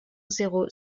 zéro